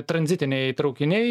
tranzitiniai traukiniai